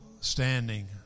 standing